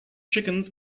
chickens